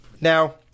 Now